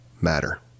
matter